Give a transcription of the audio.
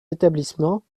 établissements